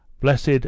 Blessed